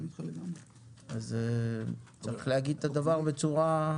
אז צריך להגיד את הדבר בצורה,